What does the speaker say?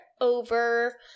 over